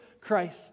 Christ